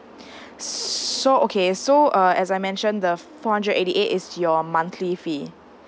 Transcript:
so okay so uh as I mentioned the four hundred eighty eight is your monthly fee